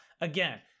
again